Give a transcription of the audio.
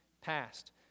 past